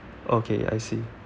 okay I see